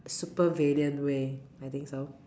supervillain way I think so